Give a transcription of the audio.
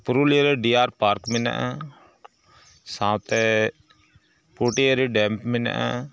ᱯᱩᱨᱩᱞᱤᱭᱟᱹᱨᱮ deer park ᱢᱮᱱᱟᱜᱼᱟ ᱥᱟᱶᱛᱮ Futiari dam ᱢᱮᱱᱟᱜᱼᱟ